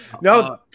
No